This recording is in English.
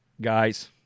guys